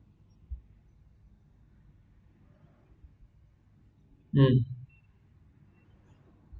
um